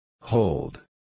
Hold